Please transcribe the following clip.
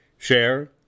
share